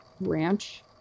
ranch